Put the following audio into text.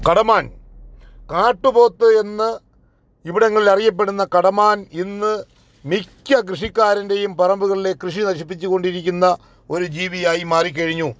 കടമാൻ കാട്ടുപോത്ത് എന്ന് ഇവിടങ്ങളിൽ അറിയപ്പെടുന്ന കടമാൻ ഇന്ന് മിക്ക കൃഷിക്കാരെൻ്റെയും പറമ്പുകളിലെ കൃഷി നശിപ്പിച്ചുകൊണ്ടിരിക്കുന്ന ഒരു ജീവിയായി മാറിക്കഴിഞ്ഞു